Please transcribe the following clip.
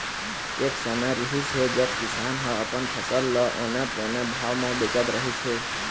एक समे रिहिस हे जब किसान ह अपन फसल ल औने पौने भाव म बेचत रहिस हे